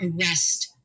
arrest